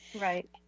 Right